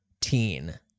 teen